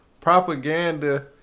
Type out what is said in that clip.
propaganda